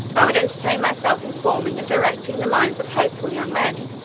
i would entertain myself in forming and directing the minds of hopeful young men,